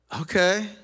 Okay